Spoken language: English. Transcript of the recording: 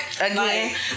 Again